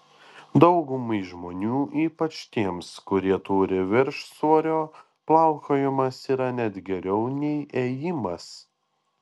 daugumai žmonių ypač tiems kurie turi viršsvorio plaukiojimas yra net geriau nei ėjimas